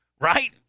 Right